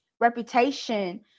reputation